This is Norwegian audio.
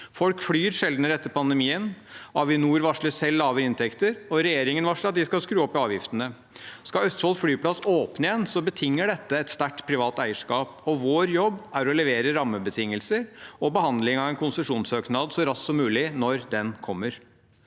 Folk flyr sjeldnere etter pandemien. Avinor varsler selv lave inntekter, og regjeringen varsler at de skal skru opp avgiftene. Skal Østfold flyplass åpne igjen, betinger dette et sterkt privat eierskap, og vår jobb er å levere rammebetingelser og behandling av en konsesjonssøknad så raskt som mulig når den kommer.